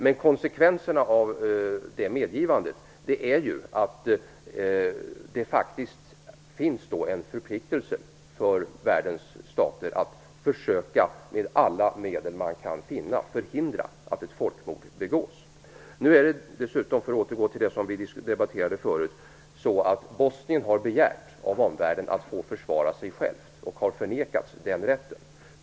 Men konsekvensen av det medgivandet är att det faktiskt finns en förpliktelse för världens stater att försöka att med alla upptänkliga medel förhindra att detta folkmord begås. Det är dessutom så - för att återgå till det som vi debatterade förut - att Bosnien av omvärlden har begärt att få försvara sig självt men har förvägrats den rätten.